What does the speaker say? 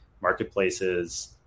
marketplaces